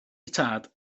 tad